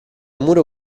muro